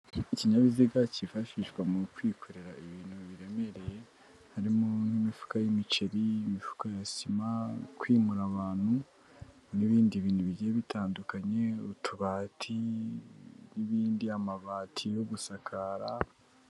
Ikinyabiziga cyifashishwa mu kwikorera ibintu biremereye, harimo n'imifuka y'imiceri, imifuka ya sima, kwimura abantu, n'ibindi bintu bigiye bitandukanye, utubati, n'ibindi amabati yo gusakara.